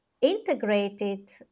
integrated